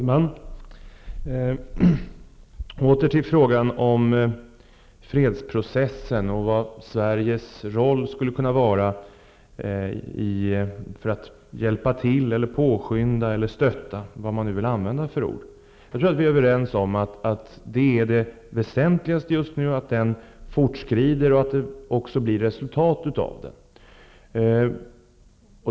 Fru talman! Åter till frågan om fredsprocessen och vilken Sveriges roll skulle kunna vara för att hjälpa till, påskynda, stötta eller vad man nu vill använda för ord. Jag tror att vi är överens om att det väsentligaste just nu är att fredsprocessen fortskrider och att det blir resultat av den.